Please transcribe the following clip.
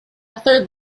third